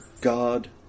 God